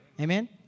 Amen